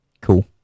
cool